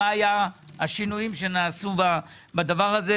מה היה השינויים שנעשו בדבר הזה?